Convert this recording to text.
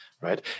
right